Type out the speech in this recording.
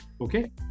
Okay